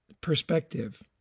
Perspective